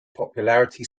popularity